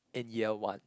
in year one